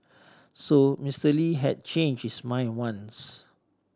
so Mister Lee had changed his mind once